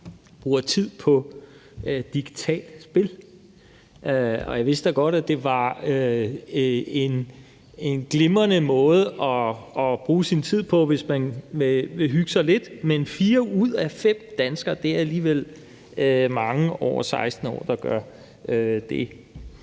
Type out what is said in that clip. bruger tid på digitalt spil. Jeg vidste da godt, at det er en glimrende måde at bruge sin tid på, hvis man vil hygge sig lidt, men fire ud af fem danskere over 16 år, der gør det,